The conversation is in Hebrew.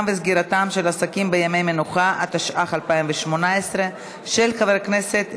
51 חברי כנסת בעד,